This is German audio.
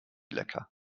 lecker